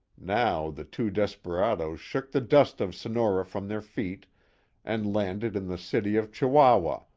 now the two desperadoes shook the dust of sonora from their feet and landed in the city of chihuahua,